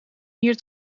hier